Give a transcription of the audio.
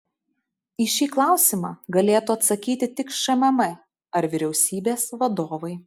į šį klausimą galėtų atsakyti tik šmm ar vyriausybės vadovai